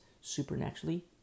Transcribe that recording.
supernaturally